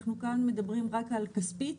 אנחנו כאן מדברים רק על כספית,